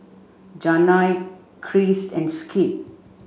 Janay Christ and Skip